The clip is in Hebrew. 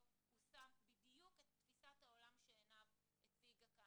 הוא שם בדיוק את תפיסת העולם שעינב הציגה כאן,